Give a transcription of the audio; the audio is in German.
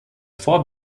vor